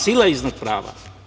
Sila je iznad prava.